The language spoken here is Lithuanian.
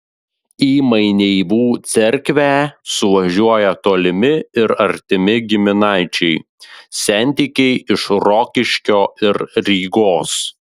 į maineivų cerkvę suvažiuoja tolimi ir artimi giminaičiai sentikiai iš rokiškio ir rygos